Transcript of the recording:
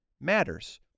matters